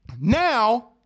Now